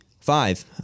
Five